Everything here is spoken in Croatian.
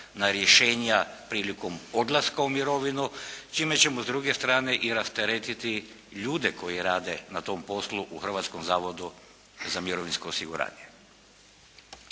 na rješenja prilikom odlaska u mirovinu čime ćemo s druge strane i rasteretiti ljude koji rade na tom poslu u Hrvatskom zavodu za mirovinsko osiguranje.